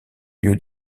lieu